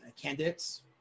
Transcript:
candidates